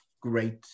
great